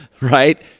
right